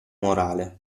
morale